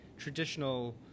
traditional